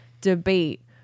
debate